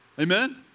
Amen